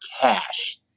cash